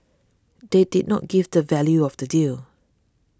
they did not give the value of the deal